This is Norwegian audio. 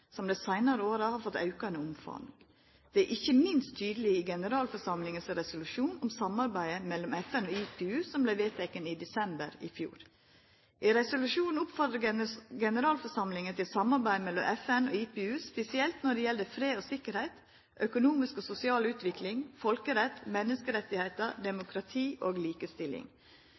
som dei seinare åra har fått aukande omfang. Dette er ikkje minst tydeleg i generalforsamlinga sin resolusjon om samarbeidet mellom FN og IPU, som vart vedteken i desember i fjor. I resolusjonen oppfordrar generalforsamlinga til samarbeid mellom FN og IPU, spesielt når det gjeld fred og tryggleik, økonomisk og sosial utvikling, folkerett, menneskerettar, demokrati og likestilling.